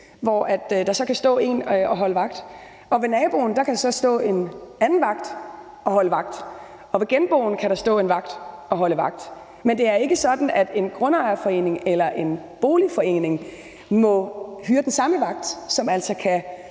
hvor der så kan stå en og holde vagt. Ved naboen kan der så stå en anden vagt og holde vagt, og ved genboen kan der stå en tredje vagt og holde vagt. Men det er ikke sådan, at en grundejerforening eller en boligforening må hyre den samme vagt, som så kan